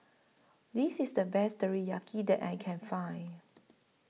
This IS The Best Teriyaki that I Can Find